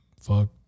fuck